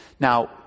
Now